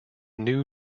new